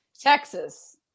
texas